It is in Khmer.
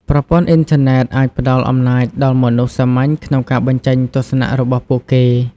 ប្រព័ន្ធអ៊ីនធឺណិតអាចផ្តល់អំណាចដល់មនុស្សសាមញ្ញក្នុងការបញ្ចេញទស្សនៈរបស់ពួកគេ។